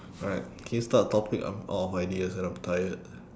alright can you start a topic I'm out of ideas and I'm tired